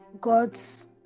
God's